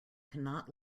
cannot